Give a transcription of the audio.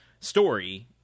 story